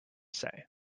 say